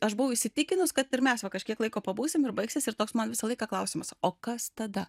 aš buvau įsitikinus kad ir mes va kažkiek laiko pabūsim ir baigsis ir toks man visą laiką klausimas o kas tada